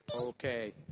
Okay